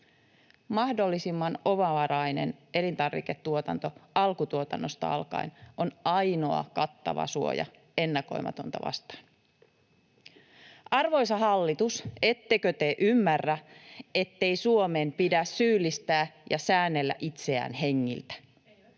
Mahdollisimman omavarainen elintarviketuotanto alkutuotannosta alkaen on ainoa kattava suoja ennakoimatonta vastaan. Arvoisa hallitus, ettekö te ymmärrä, ettei Suomen pidä syyllistää ja säännellä itseään hengiltä?